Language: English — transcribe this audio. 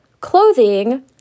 clothing